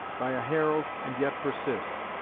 by a herald, and yet persist!